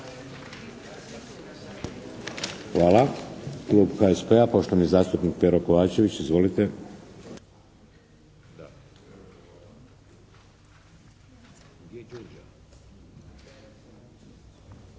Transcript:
Hvala. Klub HSP-a, poštovani zastupnik Pero Kovačević. Izvolite.